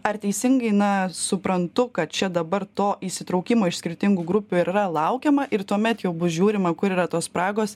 ar teisingai na suprantu kad čia dabar to įsitraukimo iš skirtingų grupių ir yra laukiama ir tuomet jau bus žiūrima kur yra tos spragos